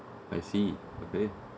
I see okay